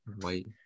White